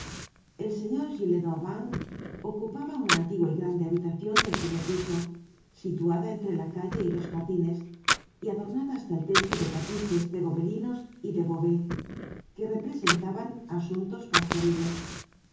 el señor gillenormand ocupaba una antigua y grande habitacion del primer piso situada entre la calle y los jardines y adornada hasta el techo de tapices de gobelinos y de beauvais que representaban asuntos pastoriles